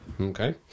Okay